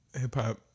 hip-hop